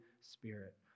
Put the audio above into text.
Spirit